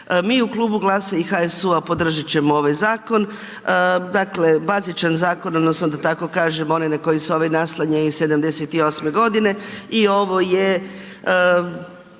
Mi u Klubu GLAS-a i HSU-a podržat ćemo ovaj zakon. Dakle, bazičan zakon odnosno da tako kažem onaj na koji se ovaj naslanja iz 78.g. i ovo je